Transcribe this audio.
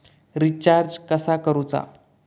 Recharge कसा करूचा?